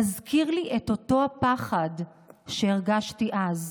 מזכיר לי את אותו הפחד שהרגשתי אז.